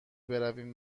برویم